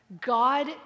God